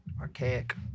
Archaic